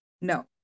no